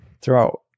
throughout